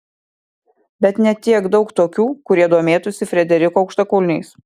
bet ne tiek daug tokių kurie domėtųsi frederiko aukštakulniais